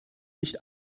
nicht